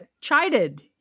chided